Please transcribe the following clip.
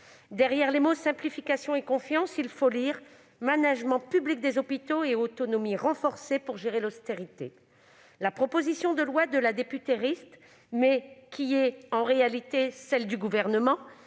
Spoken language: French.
Derrière les mots « simplification » et « confiance », il faut lire :« management public des hôpitaux et autonomie renforcée pour gérer l'austérité ». La proposition de loi de la députée Rist, qui est en réalité celle du Gouvernement,